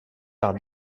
par